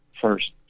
first